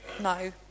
no